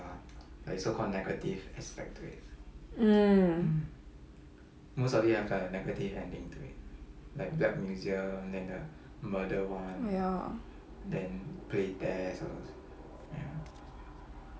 mm oh ya